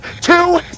Two